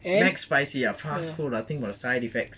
mac spicy ah fast food I think got side effects happiness like